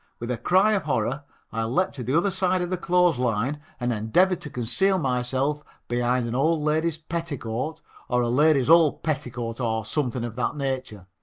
with a cry of horror i leaped to the other side of the clothes-line and endeavored to conceal myself behind an old lady's petticoat or a lady's old petticoat or something of that nature.